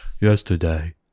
yesterday